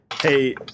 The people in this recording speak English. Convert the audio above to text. hey